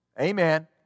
Amen